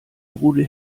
rudel